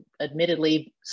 admittedly